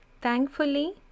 Thankfully